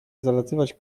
zalatywać